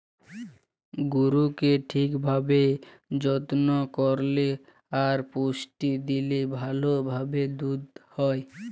গরুকে ঠিক ভাবে যত্ন করল্যে আর পুষ্টি দিলে ভাল ভাবে দুধ হ্যয়